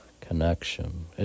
connection